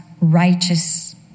righteous